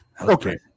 Okay